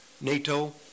NATO